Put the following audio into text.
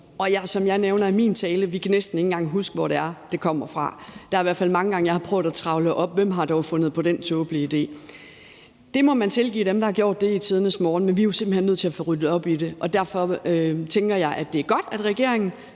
Som jeg nævner i min tale, kan vi næsten ikke engang huske, hvor det kommer fra. Der er i hvert fald sket mange gange, at jeg har prøvet at trævle op, hvem der dog har fundet på den tåbelige idé. Det må man tilgive dem, der har gjort det i tidernes morgen, men vi er jo simpelt hen nødt til at få ryddet op i det. Derfor tænker jeg, at det er godt, at regeringen